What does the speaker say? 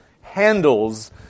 handles